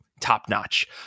top-notch